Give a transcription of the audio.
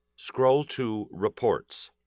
scroll to reports.